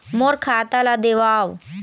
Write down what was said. मोर खाता ला देवाव?